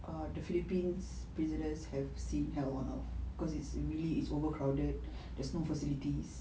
err the philippines prisoners have seen hell on earth cause it's really it's overcrowded there's no facilities